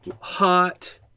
Hot